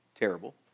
terrible